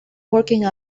working